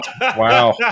Wow